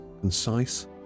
concise